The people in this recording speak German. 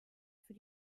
für